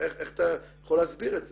איך אתה יכול להסביר את זה?